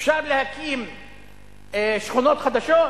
אפשר להקים שכונות חדשות